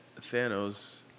Thanos